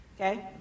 okay